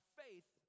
faith